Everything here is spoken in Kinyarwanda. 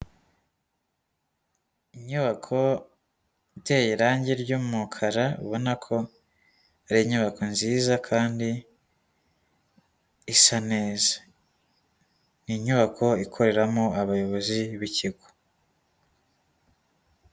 Inyubako iteye irange ry'umukara, ubona ko ari inyubako nziza kandi isa neza. Ni inyubako ikoreramo abayobozi b'ikigo.